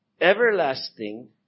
everlasting